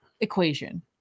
equation